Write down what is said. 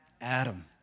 Adam